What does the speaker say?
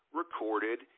recorded